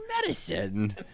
medicine